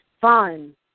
fun